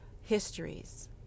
histories